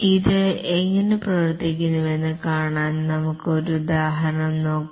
ഇത് എങ്ങനെ പ്രവർത്തിക്കുന്നുവെന്ന് കാണാൻ നമുക്ക് ഒരു ഉദാഹരണം നോക്കാം